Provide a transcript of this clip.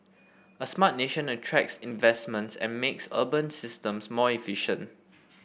a Smart Nation attracts investments and makes urban systems more efficient